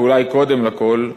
ואולי קודם לכול,